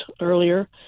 earlier